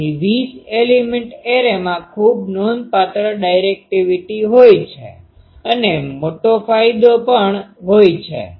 તેથી 20 એલીમેન્ટ એરેમાં ખૂબ નોંધપાત્ર ડાયરેકટીવીટી હોઈ છે અને મોટો ફાયદો લાભ પણ હોઈ છે